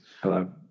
Hello